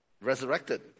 resurrected